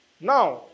Now